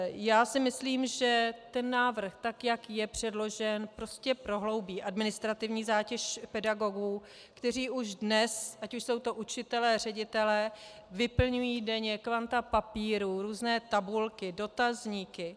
Já si myslím, že ten návrh, tak jak je předložen, prostě prohloubí administrativní zátěž pedagogů, kteří už dnes, ať už jsou to učitelé, ředitelé, vyplňují denně kvanta papírů, různé tabulky, dotazníky.